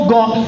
God